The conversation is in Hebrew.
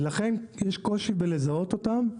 ולכן יש קושי בלזהות אותם,